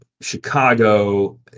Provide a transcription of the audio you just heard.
Chicago